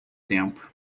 tempo